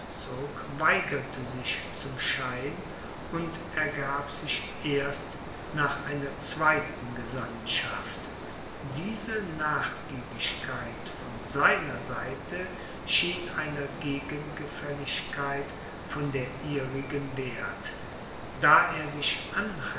weigerte sich zum schein und ergab sich erst nach einer zweiten gesandtschaft diese nachgiebigkeit von seiner seite schien einer gegengefälligkeit von der ihrigen werth da er sich